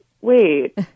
wait